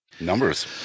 Numbers